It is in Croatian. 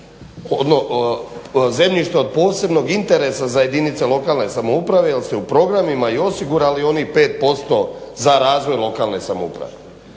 zemljište od posebnog interesa za jedinice lokalne samouprave jer su se u programima i osigurali onih 5% za razvoj lokalne samouprave.